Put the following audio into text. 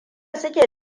suke